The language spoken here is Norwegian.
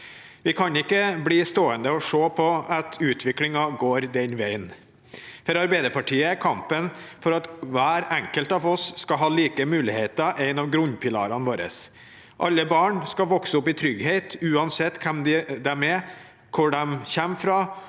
Vi kan ikke bli stående og se på at utviklingen går den veien. For Arbeiderpartiet er kampen for at hver enkelt av oss skal ha like muligheter en av grunnpilarene våre. Alle barn skal vokse opp i trygghet, uansett hvem de er, hvor de kommer fra